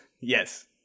yes